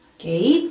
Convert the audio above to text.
okay